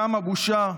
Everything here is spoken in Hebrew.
גם הבושה,